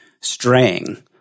straying